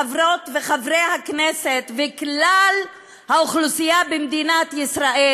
חברות וחברי הכנסת וכלל האוכלוסייה במדינת ישראל,